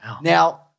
Now